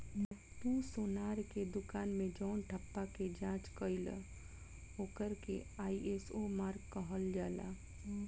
तू सोनार के दुकान मे जवन ठप्पा के जाँच कईल ओकर के आई.एस.ओ मार्क कहल जाला